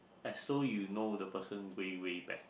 as though you know the person's way way back